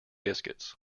biscuits